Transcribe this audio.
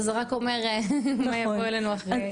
אז זה רק אומר מה יבוא אלינו אחרי.